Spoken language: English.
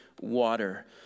water